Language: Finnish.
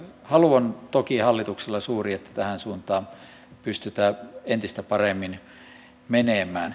halu on toki hallituksella suuri että tähän suuntaan pystytään entistä paremmin menemään